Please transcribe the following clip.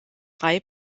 drei